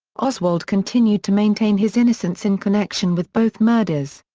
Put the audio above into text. oswald continued to maintain his innocence in connection with both murders.